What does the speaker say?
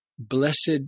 Blessed